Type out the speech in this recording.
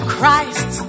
Christ